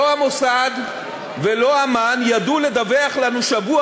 לא המוסד ולא אמ"ן ידעו לדווח לנו שבוע